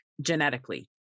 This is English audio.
genetically